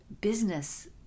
business